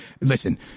Listen